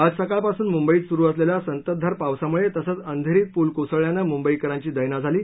आज सकाळपासून मुंबईत सुरू असलेल्या संततधार पावसामुळे तसंच अंधेरीत पुल कोसळल्यान मुंबईकरांची दैना झाली